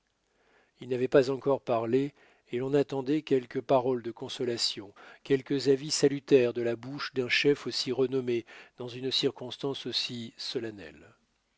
il n'avait pas encore parlé et l'on attendait quelques paroles de consolation quelques avis salutaires de la bouche d'un chef aussi renommée dans une circonstance aussi solennelle